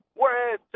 whereas